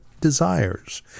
desires